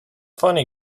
funny